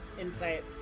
insight